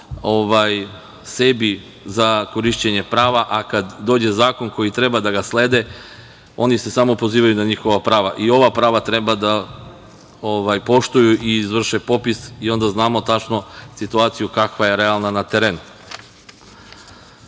sebi za korišćenje prava, a kada dođe zakon koji treba da slede, oni se samo pozivaju na njihova prava. I ova prava treba da poštuju i izvrše popis i onda znamo tačno situaciju kakva je realna na terenu. Hteo